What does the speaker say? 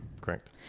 Correct